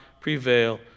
prevail